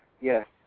Yes